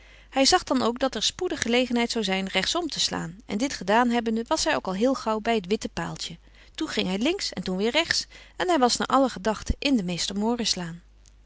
hij zag dan ook dat er spoedig gelegenheid zou zijn rechtsom te slaan en dit gedaan hebbende was hij ook al heel gauw bij het witte paaltje toen ging hij links en toen weer rechts en hij was naar alle gedachten in de